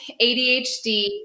ADHD